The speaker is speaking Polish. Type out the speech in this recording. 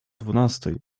dwunastej